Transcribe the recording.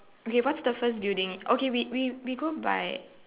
okay what's the first building okay we we we go by